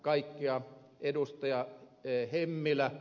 hemmilä ja ed